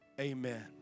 amen